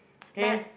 but